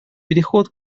переход